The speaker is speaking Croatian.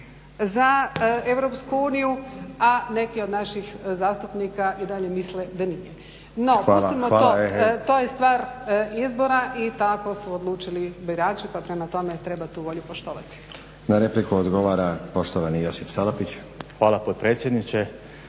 za Europsku uniju a neki od naših zastupnika i dalje misle da nije. No, pustimo to, to je stvar izbora i tako su odlučili birači pa prema tome treba tu volju poštovati. **Stazić, Nenad (SDP)** Na repliku odgovara poštovani Josip Salapić. **Salapić, Josip